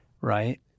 Right